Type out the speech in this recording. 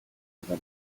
байгаа